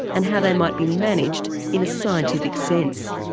and how they might be managed in a scientific sense.